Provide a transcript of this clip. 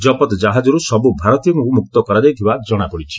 ଜବତ ଜାହାଜର୍ତ ସବ୍ର ଭାରତୀୟଙ୍କୁ ମୁକ୍ତ କରାଯାଇଥିବା ଜଣାପଡିଛି